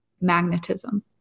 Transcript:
magnetism